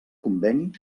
conveni